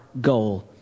goal